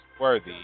worthy